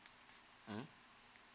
mmhmm